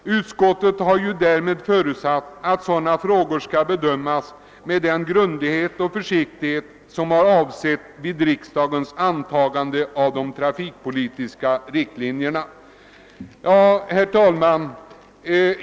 Utskottet har förutsatt att sådana frågor också bedöms med den grundlighet och försiktighet som avsågs när riksdagen antog de trafikpolitiska riktlinjerna. Herr talman!